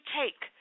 take